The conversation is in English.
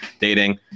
Dating